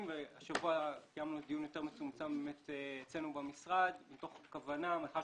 והשבוע קיימנו דיון יותר מצומצם אצלנו במשרד מתוך כוונה מאחר